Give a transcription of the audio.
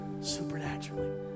Supernaturally